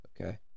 okay